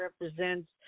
represents